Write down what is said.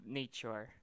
nature